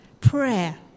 Prayer